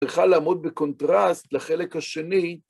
צריכה לעמוד בקונטרסט לחלק השני.